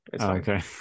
okay